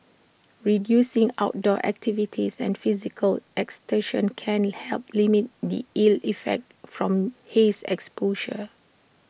reducing outdoor activities and physical exertion can help limit the ill effects from haze exposure